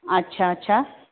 अच्छा छा